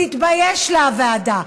תתבייש לה הוועדה.